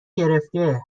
گرفته